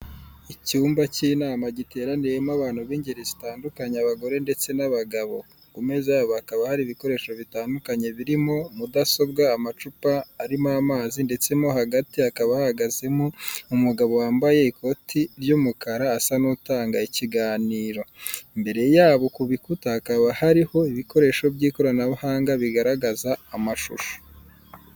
Icyumba cy'inama giteraniyemo abantu b'ingeri zitandukanye abagore ndetse n'abagabo, ku meza yabo hakaba hari ibikoresho bitandukanye birimo mudasobwa, amacupa arimo amazi ndetse mo hagati hakaba hahagazemo umugabo wambaye ikoti ry'umukara asa n'utanga ikiganiro, imbere yabo ku bikuta hakaba hariho ibikoresho by'ikoranabuhanga bigaragaza amashusho.